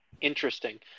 interesting